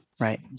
Right